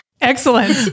Excellent